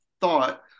thought